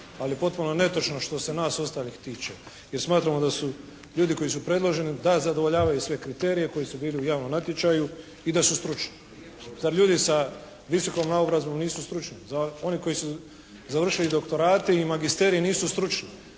Ali potpuno je netočno što se nas ostalih tiče, jer smatramo da su ljudi koji su preloženi da zadovoljavaju sve kriterije koji su bili u javnom natječaju i da su stručni. Zar ljudi sa visokom naobrazbom nisu stručni? Za one koji su završili doktorate i magisterije nisu stručni?